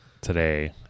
today